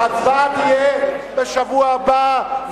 ההצבעה תהיה בשבוע הבא,